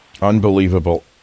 Unbelievable